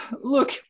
Look